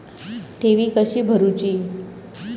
ठेवी कशी भरूची?